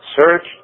search